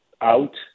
out